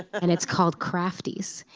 and it's called crafties.